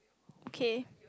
okay